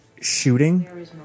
shooting